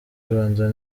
rwanda